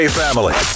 family